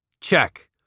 Check